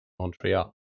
Montreal